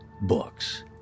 books